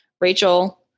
Rachel